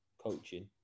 coaching